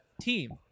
team